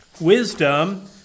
Wisdom